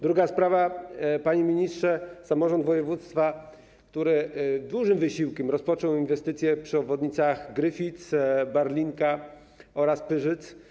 Druga sprawa, panie ministrze, dotyczy samorządu województwa, który z dużym wysiłkiem rozpoczął inwestycje przy obwodnicach Gryfic, Barlinka oraz Pyrzyc.